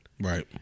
Right